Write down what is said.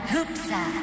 Hoopsa